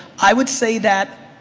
i would say that